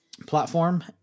platform